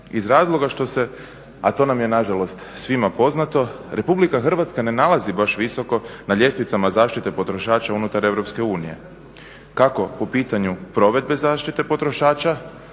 iz razloga što se, a to nam je nažalost svima poznato, RH ne nalazi baš visoko na ljestvicama zaštite potrošača unutar EU, kako po pitanju provedbe zaštite potrošača